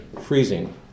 freezing